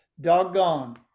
doggone